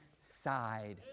side